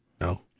No